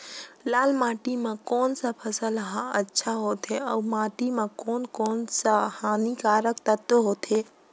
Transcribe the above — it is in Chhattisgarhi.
लाल माटी मां कोन सा फसल ह अच्छा होथे अउर माटी म कोन कोन स हानिकारक तत्व होथे?